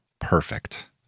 perfect